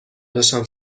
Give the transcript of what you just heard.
داشتم